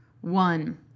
One